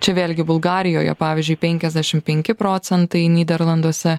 čia vėlgi bulgarijoje pavyzdžiui penkiasdešim penki procentai nyderlanduose